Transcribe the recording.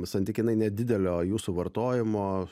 santykinai nedidelio jų suvartojimo